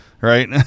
Right